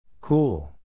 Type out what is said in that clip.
Cool